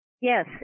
Yes